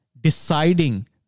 deciding